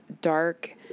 dark